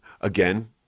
again